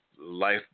life